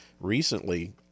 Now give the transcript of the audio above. recently